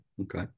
okay